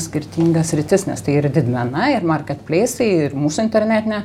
skirtinga sritis nes tai ir didmena ir market pleisai ir mūsų internetinė